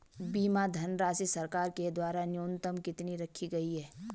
बीमा धनराशि सरकार के द्वारा न्यूनतम कितनी रखी गई है?